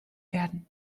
werden